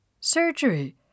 Surgery